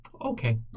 Okay